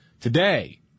today